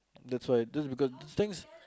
that's why just because of things